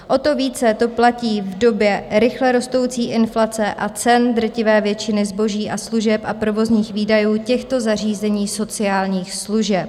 O to více to platí v době rychle rostoucí inflace a cen drtivé většiny zboží a služeb a provozních výdajů těchto zařízení sociálních služeb.